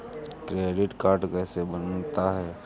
Credit card कैसे बनता है?